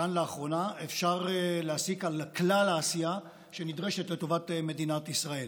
כאן לאחרונה אפשר להסיק על כלל העשייה שנדרשת לטובת מדינת ישראל.